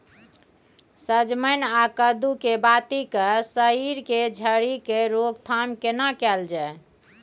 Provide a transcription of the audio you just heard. सजमैन आ कद्दू के बाती के सईर के झरि के रोकथाम केना कैल जाय?